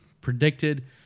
predicted